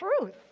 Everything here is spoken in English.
truth